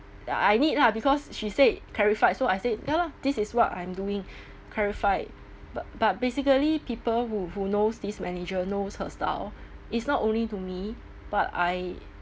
ya I need lah because she said clarify so I said ya lah this is what I'm doing clarify but but basically people who who knows this manager knows her style is not only to me but I